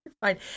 Fine